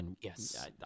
Yes